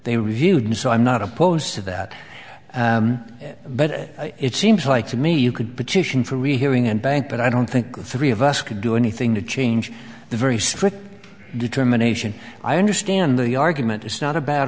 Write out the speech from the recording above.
they reviewed so i'm not opposed to that but it seems like to me you could petition for rehearing and bank but i don't think the three of us can do anything to change the very strict determination i understand the argument it's not a bad